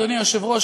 אדוני היושב-ראש,